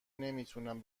نمیتونم